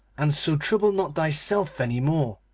and so trouble not thyself any more,